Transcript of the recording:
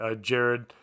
Jared